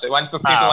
150